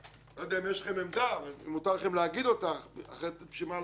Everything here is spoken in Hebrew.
אני לא יודע אם יש לכם עמדה ואם מותר לכם לומר אותה אחרת למה לשבת פה?